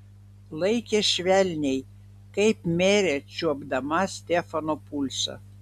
laikė švelniai kaip merė čiuopdama stefano pulsą